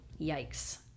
Yikes